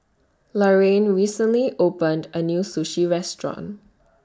Laraine recently opened A New Sushi Restaurant